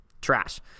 trash